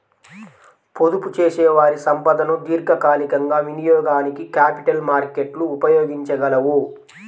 పొదుపుచేసేవారి సంపదను దీర్ఘకాలికంగా వినియోగానికి క్యాపిటల్ మార్కెట్లు ఉపయోగించగలవు